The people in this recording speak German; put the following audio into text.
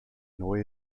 neue